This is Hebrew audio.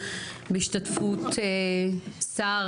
בהשתתפות שר